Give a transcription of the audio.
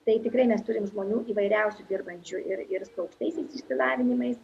tai tikrai mes turim žmonių įvairiausių dirbančių ir ir su aukštaisiais išsilavinimais